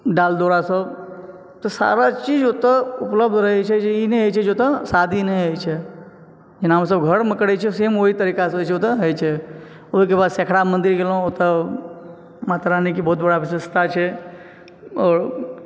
डाल दौरा सब तऽ सारा चीज ओतऽ उपलब्ध रहै छै जे ई नहि होए छै जे ओतऽ शादी नहि होए छै जेना हमसब घरमे करै छियै सेम ओहि तरीक़ा सॅं होइ छै ओतऽ होइ छै ओहिके बाद सेखड़ा मंदिर गेलहुॅं ओतऽ माता रानी के बहुत बड़ा विशेषता छै आओर